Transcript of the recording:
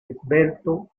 esbelto